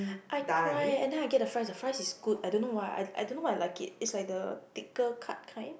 I cry eh and then I get the fries the fries is good I don't know why I I don't know why I like it it's like the thicker cut kind